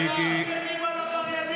תתביישו, אתם מגינים על עבריינים.